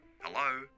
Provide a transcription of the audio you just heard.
hello